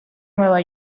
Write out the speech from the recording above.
nueva